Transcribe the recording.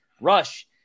Rush